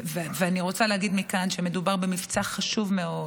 אני רוצה להגיד מכאן שמדובר במבצע חשוב מאוד,